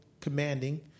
Commanding